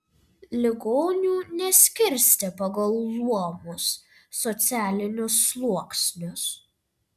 ligonių neskirstė pagal luomus socialinius sluoksnius